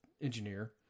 engineer